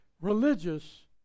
religious